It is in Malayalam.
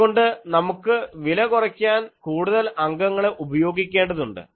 അതുകൊണ്ട് നമുക്ക് വില കുറയ്ക്കാൻ കൂടുതൽ അംഗങ്ങളെ ഉപയോഗിക്കേണ്ടതുണ്ട്